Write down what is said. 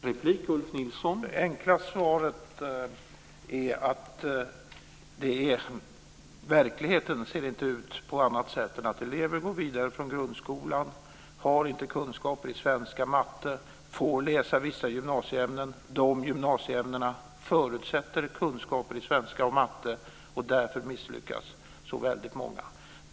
Herr talman! Det enkla svaret är att verkligheten ser ut på ett sådant sätt att elever går vidare från grundskolan utan att ha tillräckliga kunskaper i svenska och matematik. De får läsa vissa gymnasieämnen. Dessa gymnasieämnen förutsätter vissa kunskaper i svenska och matematik. Därför misslyckas så väldigt många.